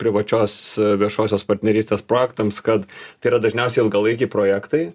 privačios viešosios partnerystės projektams kad tai yra dažniausiai ilgalaikiai projektai